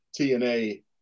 TNA